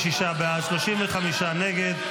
46 בעד, 35 נגד.